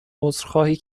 عذرخواهی